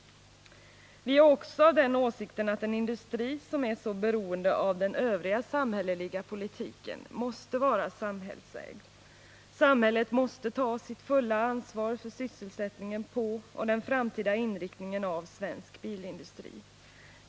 Vi är också av den åsikten att en industri som är så beroende av den övriga samhälleliga politiken måste vara samhällsägd. Samhället måste ta sitt fulla ansvar för sysselsättningen inom och den framtida inriktningen av svensk bilindustri.